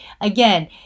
again